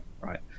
right